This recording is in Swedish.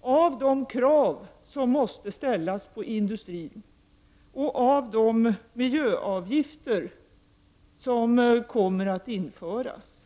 av de krav som måste ställas på industrin och av de miljöavgifter som kommer att införas.